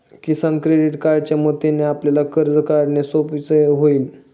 किसान credit कार्डच्या मदतीने आपल्याला कर्ज काढणे सोयीचे होईल